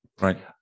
Right